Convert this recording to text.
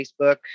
Facebook